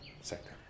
sector